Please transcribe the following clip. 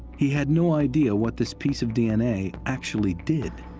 he had no idea what this piece of d n a. actually did.